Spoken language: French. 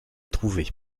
trouvés